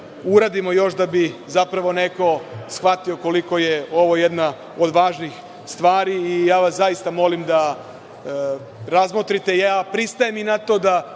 uradimo još da bi neko shvatio koliko je ovo jedna od važnih stvari i ja vas zaista molim da razmotrite. Pristajem i na to da